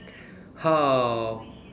how